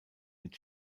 mit